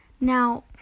Now